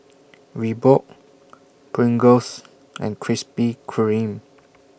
Reebok Pringles and Krispy Kreme